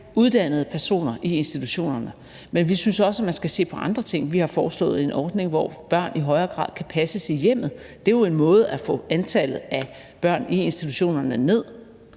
uddannede personer i institutionerne, men vi synes også, man skal sikre andre ting. Vi har foreslået en ordning, hvor børn i højere grad kan passes i hjemmet; det er jo en måde at få antallet af børn i institutionerne ned